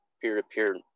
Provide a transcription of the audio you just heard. peer-to-peer